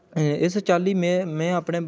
इस चाल्ली में में अपने